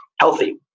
healthy